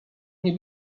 nie